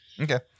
Okay